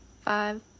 Five